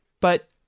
but-